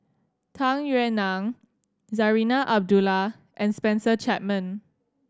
Tung Yue Nang Zarinah Abdullah and Spencer Chapman